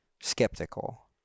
skeptical